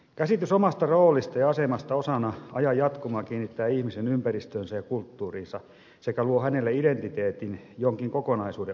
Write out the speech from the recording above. käsitys omasta roolista ja asemasta osana ajan jatkumoa kiinnittää ihmisen ympäristöönsä ja kulttuuriinsa sekä luo hänelle identiteetin jonkin kokonaisuuden osana